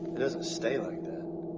it doesn't stay like that.